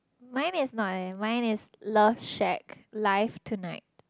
mine is not eh mine is love shack life tonight